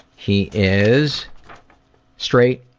he is straight,